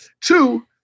Two